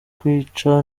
kwica